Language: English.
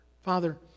Father